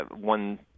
one